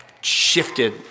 shifted